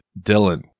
Dylan